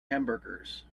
hamburgers